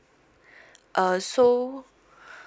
uh so